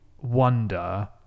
wonder